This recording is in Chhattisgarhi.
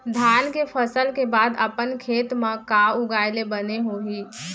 धान के फसल के बाद अपन खेत मा का उगाए ले बने होही?